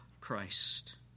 Christ